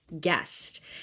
guest